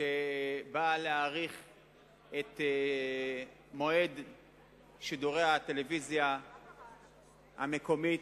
שבאה להאריך את תוקף ההסדר של שידורי הטלוויזיה המקומית.